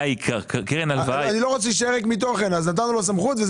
אני לא רוצה שזה יהיה ריק מתוכן ושיהיה